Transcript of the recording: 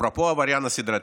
אפרופו עבריין סדרתי,